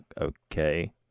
okay